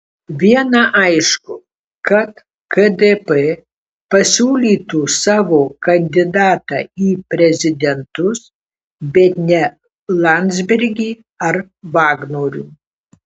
viena aišku kad kdp pasiūlytų savo kandidatą į prezidentus bet ne landsbergį ar vagnorių